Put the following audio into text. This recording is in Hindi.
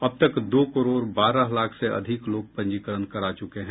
अब तक दो करोड़ बारह लाख से अधिक लोग पंजीकरण करा चके हैं